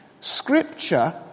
scripture